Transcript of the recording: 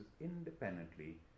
independently